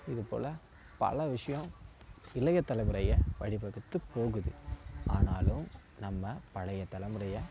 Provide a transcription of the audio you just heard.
இதுபோல பல விஷயம் இளைய தலைமுறையை வழிவகுத்துப் போகுது ஆனாலும் நம்ம பழைய தலைமுறையை